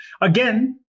again